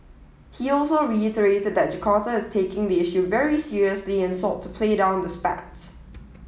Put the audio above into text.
he also reiterated that Jakarta is taking the issue very seriously and sought to play down the spat